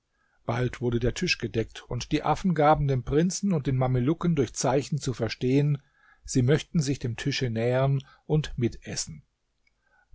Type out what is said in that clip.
bald wurde der tisch gedeckt und die affen gaben dem prinzen und den mamelucken durch zeichen zu verstehen sie möchten sich dem tische nähern und mitessen